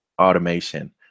automation